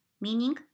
meaning